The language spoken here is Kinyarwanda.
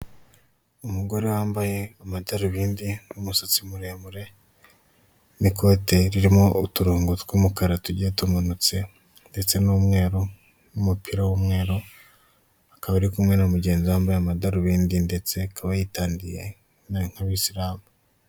Uyu ni umugabo wambaye ingofero n'umupira w;umukara n'ipantaro n'inkweto z'umukara, akaba ari mucyumba kinini gifite itara ry'umweru ndetse gifite n'inkuta zisa umweru, akaba ari impande y'imodoka.